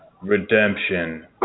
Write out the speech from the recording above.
redemption